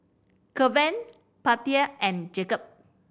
Keven Bettye and Jacob